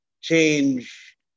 change